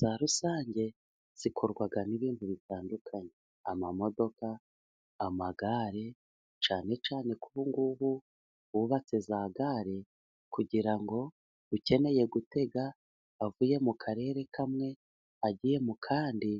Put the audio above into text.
Za rusange zikorwa n'ibintu bitandukanye: amamodoka, amagare cyane cyane ko ubu bubatse za gare kugira ngo ukeneye gutega avuye mu karere kamwe agiye mu kandi